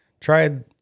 tried